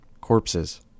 corpses